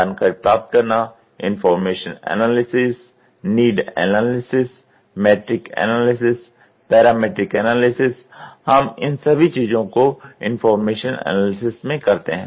जानकारी प्राप्त करना information analysis need analysis metric analysis parametric analysis हम इन सभी चीजों को इनफार्मेशन एनालिसिस में करते हैं